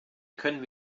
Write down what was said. können